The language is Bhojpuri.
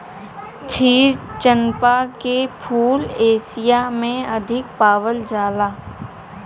क्षीर चंपा के फूल एशिया में अधिक पावल जाला